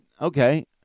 okay